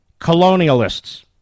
colonialists